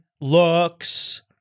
looks